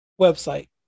website